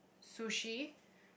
sushi